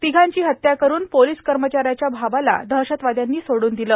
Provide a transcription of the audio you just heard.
तिघांची हत्या करून पोलीस कर्मचाऱ्याच्या भावाला दहशतवाद्यांनी सोडून दिलं